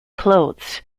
clothes